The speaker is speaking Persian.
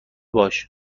باش